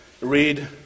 read